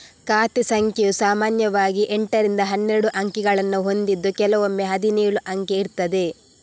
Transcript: ಖಾತೆ ಸಂಖ್ಯೆಯು ಸಾಮಾನ್ಯವಾಗಿ ಎಂಟರಿಂದ ಹನ್ನೆರಡು ಅಂಕಿಗಳನ್ನ ಹೊಂದಿದ್ದು ಕೆಲವೊಮ್ಮೆ ಹದಿನೇಳು ಅಂಕೆ ಇರ್ತದೆ